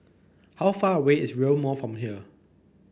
how far away is Rail Mall from here